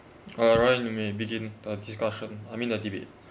uh ryan you may begin the discussion I mean the debate